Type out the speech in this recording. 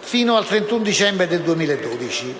fino al 31 dicembre 2012.